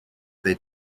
their